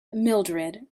mildrid